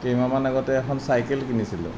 কেইমাহমান আগতে এখন চাইকেল কিনিছিলো